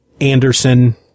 Anderson